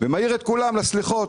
ומעיר את כולם לסליחות.